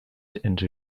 into